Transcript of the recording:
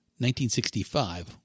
1965